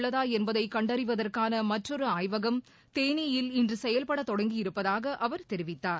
உள்ளதா என்பதைகண்டறிவதற்கானமற்றொருஆய்வகம் கொரோனாவைரஸ் தேனியில் இன்றுசெயல்படதொடங்கியிருப்பதாகஅவர் தெரிவித்தார்